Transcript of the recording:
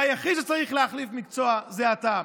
והיחיד שצריך להחליף מקצוע זה אתה.